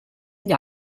gli